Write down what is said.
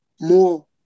more